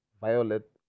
violet